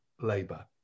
Labour